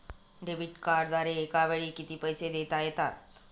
Debit कार्डद्वारे एकावेळी किती पैसे देता येतात?